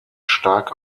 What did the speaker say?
stark